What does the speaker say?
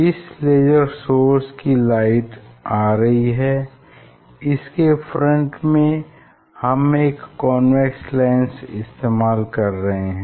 इस laser source से light आ रही है इसके फ्रंट में हम एक कॉन्वेक्स लेंस इस्तेमाल कर रहे हैं